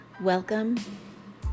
welcome